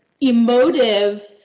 emotive